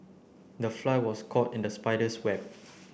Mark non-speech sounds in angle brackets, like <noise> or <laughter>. the fly was caught in the spider's web <noise>